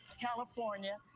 California